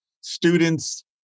students